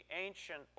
ancient